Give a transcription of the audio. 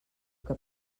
que